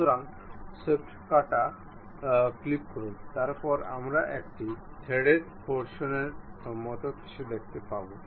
সুতরাং সোয়েপ্ট কাটা ক্লিক করুন তারপর আমরা একটি থ্রেডেড পোর্শন এর মত কিছু দেখতে পাবেন